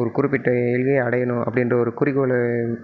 ஒரு குறிப்பிட்ட எல்லையை அடையணும் அப்படின்ற ஒரு குறிக்கோளை